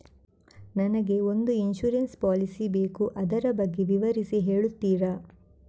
ನನಗೆ ಒಂದು insurance policy ಬೇಕು ಅದರ ಬಗ್ಗೆ ವಿವರಿಸಿ ಹೇಳುತ್ತೀರಾ?